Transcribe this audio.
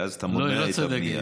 ואז אתה מונע את הבנייה.